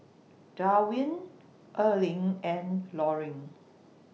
Darwyn Erling and Loring